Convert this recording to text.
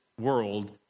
world